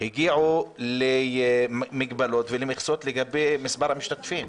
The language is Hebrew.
הגיעו למגבלות ולמכסות לגבי מספר המשתתפים.